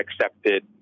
accepted